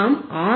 நாம் ஆர்